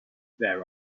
there